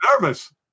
nervous